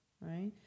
Right